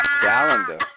Calendar